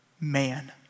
man